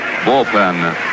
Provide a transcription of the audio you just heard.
bullpen